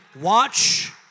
Watch